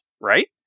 right